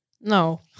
No